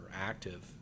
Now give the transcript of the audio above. active